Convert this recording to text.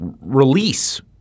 release